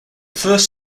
first